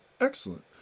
excellent